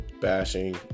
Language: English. bashing